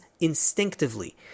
instinctively